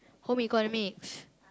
home-economics